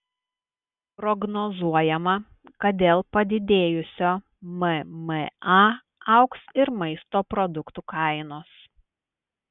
prognozuojama kad dėl padidėjusio mma augs ir maisto produktų kainos